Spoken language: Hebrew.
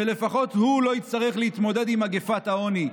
שלפחות הוא לא יצטרך להתמודד עם מגפת העוני,